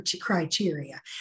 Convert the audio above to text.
criteria